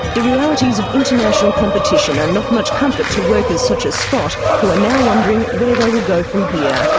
the realities of international competition are not much comfort to workers such as scott, who are now wondering where they will go from here.